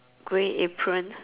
gray apron